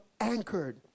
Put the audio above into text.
anchored